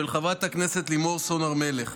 של חברת הכנסת לימור סון הר מלך,